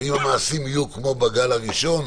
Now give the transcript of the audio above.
אם המעשים יהיו כמו בגל הראשון,